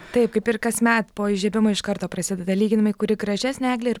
taip kaip ir kasmet po įžiebimo iš karto prasideda lyginimai kuri gražesnė eglė ir